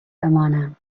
بمانم